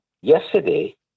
yesterday